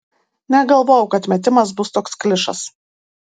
negalvojau kad metimas bus toks klišas